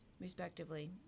respectively